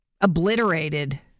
obliterated